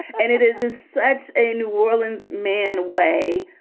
and it is is such a new orleans man way